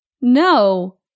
No